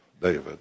David